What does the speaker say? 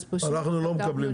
אז פשוט העדפנו "למעט".